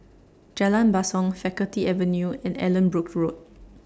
Jalan Basong Faculty Avenue and Allanbrooke Road